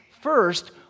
First